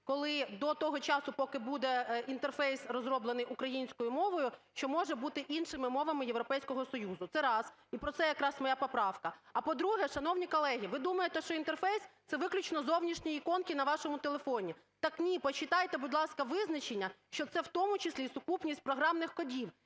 коли до того часу, поки буде інтерфейс розроблено українською мовою, що може бути іншими мовами Європейського Союзу. Це раз. І про це якраз моя поправка. А по-друге, шановні колеги, ви думаєте, що інтерфейс – це виключно зовнішні іконки на вашому телефоні. Так ні, почитайте, будь ласка, визначення, що це в тому числі і сукупність програмних кодів.